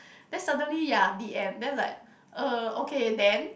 then suddenly ya the end then is like uh okay then